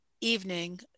evening